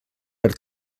per